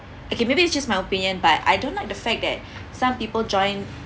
okay maybe it's just my opinion but I don't like the fact that some people join